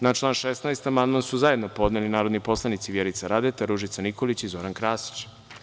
Na član 16. amandman su zajedno podneli narodni poslanici Vjerica Radeta, Ružica Nikolić i Zoran Krasić.